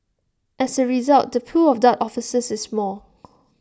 as A result the pool of dart officers is small